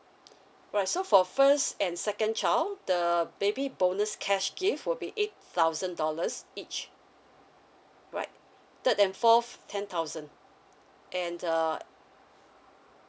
right so for first and second child the baby bonus cash gift will be eight thousand dollars each right third and fourth ten thousand and uh